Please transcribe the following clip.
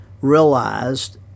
realized